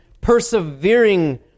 persevering